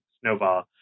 snowball